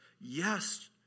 Yes